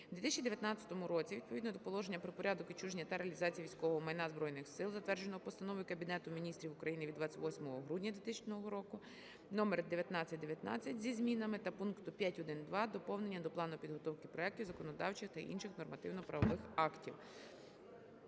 в 2019 році відповідно до Положення про порядок відчуження та реалізації військового майна Збройних Сил, затвердженого постановою Кабінету Міністрів України від 28 грудня 2000 року № 1919 (зі змінами) та пункту 5.1.2 доповнення до Плану підготовки проектів законодавчих та інших нормативно-правових актів.